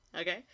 okay